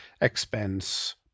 expense